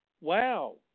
wow